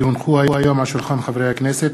כי הונחו היום על שולחן הכנסת,